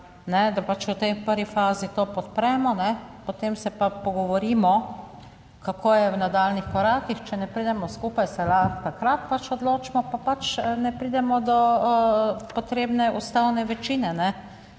da pač v tej prvi fazi to podpremo, potem se pa pogovorimo kako je v nadaljnjih korakih, če ne pridemo skupaj, se lahko takrat pač odločimo, pa pač ne pridemo do potrebne ustavne večine.